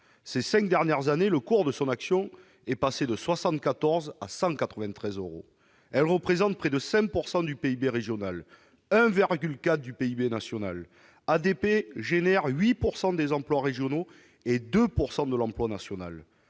ces cinq dernières années, le cours de son action est passé de 74 à 193 euros. ADP représente près de 5 % du PIB régional, 1,4 % du PIB national et génère 8 % des emplois régionaux et 2 % de l'emploi national.